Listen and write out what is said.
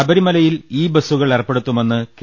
ശബരിമലയിൽ ഇ ബസ്സുകൾ ഏർപ്പെടുത്തുമെന്ന് കെ